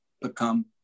become